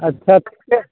अच्छा